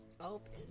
open